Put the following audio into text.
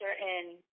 certain